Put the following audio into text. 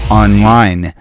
online